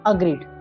Agreed